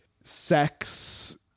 sex